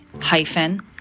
hyphen